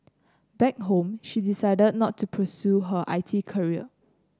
back home she decided not to pursue an I T career